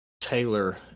Taylor